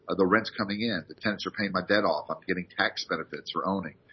ah the rent's coming in. the tenants are paying my debt off. i'm getting tax benefits for owning.